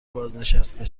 بازنشسته